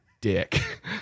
dick